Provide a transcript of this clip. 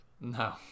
No